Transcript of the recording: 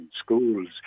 schools